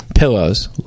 pillows